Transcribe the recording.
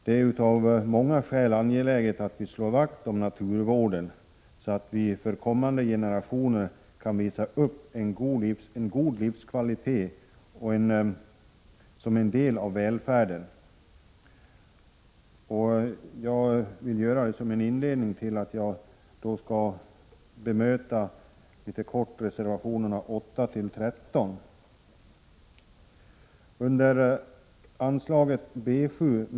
Det är av många skäl angeläget att slå vakt om naturvården, så att vi för kommande generationer kan visa upp en god livskvalitet som en del av välfärden. Jag har velat säga detta som en inledning, innan jag kort bemöter reservationerna 8-13. Under anslaget B 7.